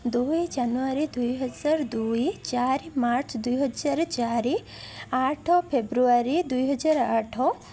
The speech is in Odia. ଦୁଇ ଜାନୁଆରୀ ଦୁଇହଜାର ଦୁଇ ଚାରି ମାର୍ଚ୍ଚ ଦୁଇହଜାର ଚାରି ଆଠ ଫେବୃଆରୀ ଦୁଇହଜାର ଆଠ